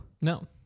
No